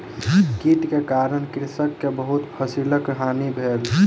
कीट के कारण कृषक के बहुत फसिलक हानि भेल